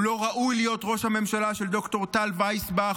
הוא לא ראוי להיות ראש ממשלה של ד"ר טל וייסבאך.